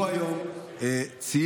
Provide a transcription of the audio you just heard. הוא היום צייץ: